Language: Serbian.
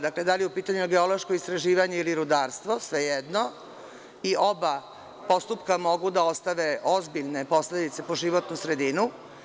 Dakle, da li je u pitanju – geološko istraživanje ili rudarstvo, svejedno, oba postupka mogu da ostave ozbiljne posledice po životnu sredinu.